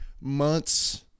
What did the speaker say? months